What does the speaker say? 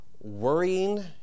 worrying